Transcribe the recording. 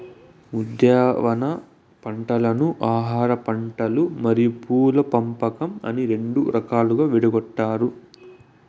ఉద్యానవన పంటలను ఆహారపంటలు మరియు పూల పంపకం అని రెండు రకాలుగా విడగొట్టారు